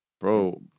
bro